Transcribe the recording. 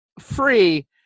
free